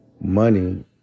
money